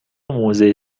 موزه